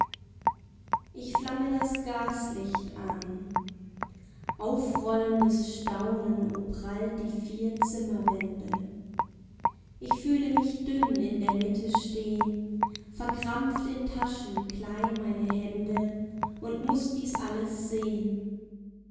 ich flamme das gaslicht an aufrollendes staunen umprallt die vier zimmerwände ich fühle mich dünn in der mitte stehn verkrampft in taschen klein meine hände und muß dies alles sehn